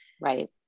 right